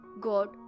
God